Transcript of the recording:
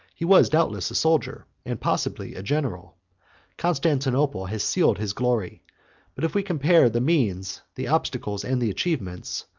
he was doubtless a soldier, and possibly a general constantinople has sealed his glory but if we compare the means, the obstacles, and the achievements,